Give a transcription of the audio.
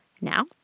Now